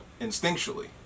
instinctually